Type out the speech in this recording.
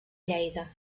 lleida